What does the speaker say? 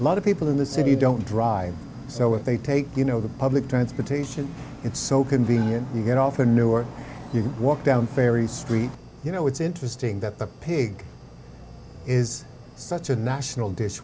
a lot of people in the city don't drive so if they take you know the public transportation it's so convenient you get off a new or you walk down ferry street you know it's interesting that the pig is such a national dish